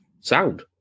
sound